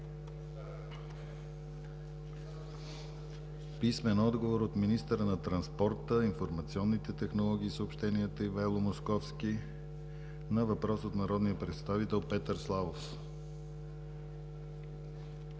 писмен отговор от министъра на транспорта, информационните технологии и съобщенията Ивайло Московски на въпрос от народния представител Петър Славов; - писмен